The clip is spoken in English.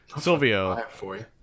Silvio